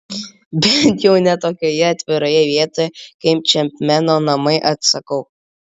bent jau ne tokioje atviroje vietoje kaip čepmeno namai atsakau